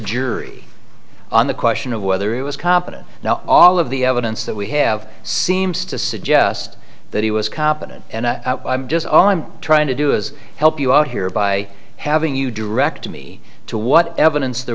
jury on the question of whether it was competent now all of the evidence that we have seems to suggest that he was competent and i'm just trying to do is help you out here by having you direct me to what evidence there